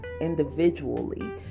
individually